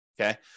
okay